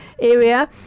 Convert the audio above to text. area